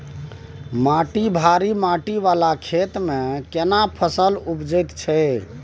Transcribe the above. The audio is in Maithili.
माटी भारी माटी वाला खेत में केना फसल उपयुक्त छैय?